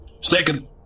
Second